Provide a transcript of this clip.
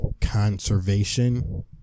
conservation